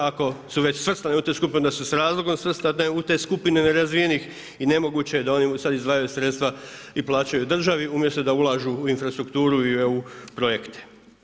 Ako su već svrstane u tu skupinu da su s razlogom svrstane u te skupine nerazvijenih i nemoguće je da sada oni izdvajaju sredstva i plaćaju državi umjesto da ulažu u infrastrukturu i u eu projekte.